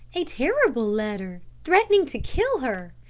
a terrible letter, threatening to kill her.